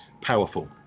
powerful